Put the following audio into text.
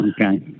Okay